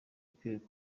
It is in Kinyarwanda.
pierre